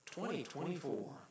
2024